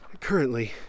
Currently